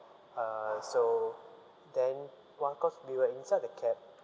uh so then what cause we were inside the cab